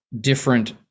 different –